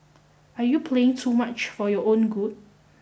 are you playing too much for your own good